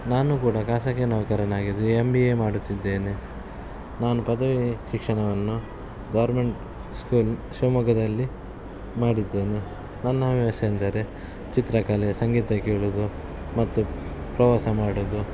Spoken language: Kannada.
ನಾನು ಕೂಡ ಖಾಸಗಿ ನೌಕರನಾಗಿದ್ದು ಎಮ್ ಬಿ ಎ ಮಾಡುತ್ತಿದ್ದೇನೆ ನಾನು ಪದವಿ ಶಿಕ್ಷಣವನ್ನು ಗೌರ್ಮೆಂಟ್ ಸ್ಕೂಲ್ ಶಿವಮೊಗ್ಗದಲ್ಲಿ ಮಾಡಿದ್ದೇನೆ ನನ್ನ ಹವ್ಯಾಸ ಎಂದರೆ ಚಿತ್ರಕಲೆ ಸಂಗೀತ ಕೇಳೋದು ಮತ್ತು ಪ್ರವಾಸ ಮಾಡೋದು